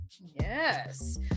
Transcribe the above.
Yes